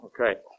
okay